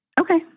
Okay